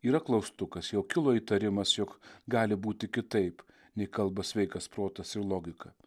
yra klaustukas jau kilo įtarimas jog gali būti kitaip nei kalba sveikas protas ir logika